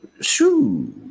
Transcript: Shoo